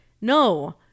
no